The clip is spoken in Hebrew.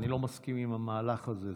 אני לא מסכים עם המהלך הזה,